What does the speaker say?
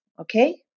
okay